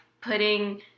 putting